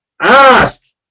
Ask